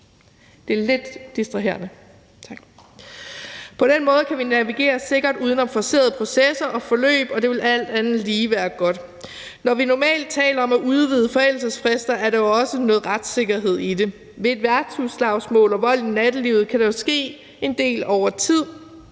På den måde kan vi navigere sikkert uden forcerede processer og forløb, og det ville alt andet lige være godt. Når vi normalt taler om at udvide forældelsesfrister, er der jo også noget retssikkerhed i det. Ved et værtshusslagsmål eller ved vold i nattelivet kan der jo ske en del over tid,